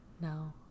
No